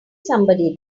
somebody